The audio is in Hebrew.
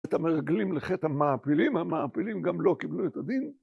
את המרגלים לכת המעפילים, המעפילים גם לא קיבלו את הדין.